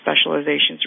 specializations